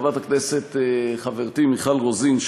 חברת הכנסת חברתי מיכל רוזין,